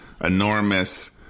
enormous